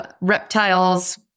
reptiles